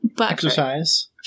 Exercise